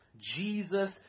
Jesus